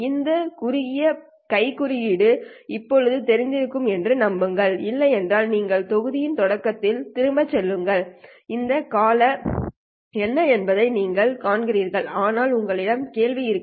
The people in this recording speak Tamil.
இந்த குறுகிய கை குறியீடு இப்போது தெரிந்திருக்கும் என்று நம்புகிறேன் இல்லையென்றால் நீங்கள் தொகுதியின் தொடக்கத்திற்கு திரும்பிச் செல்லுங்கள் இந்த கால என்ன என்பதை நீங்கள் காண்பீர்கள் ஆனால் உங்களிடம் கேள்வி இருக்கலாம்